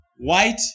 White